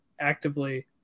actively